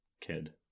kid